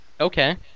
Okay